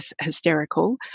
hysterical